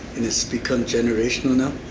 and it's become generational now.